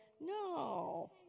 No